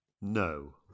No